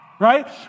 Right